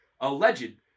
alleged